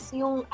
yung